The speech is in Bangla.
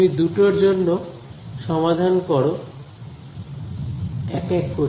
তুমি দুটোর জন্য সমাধান করো এক এক করে